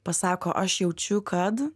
pasako aš jaučiu kad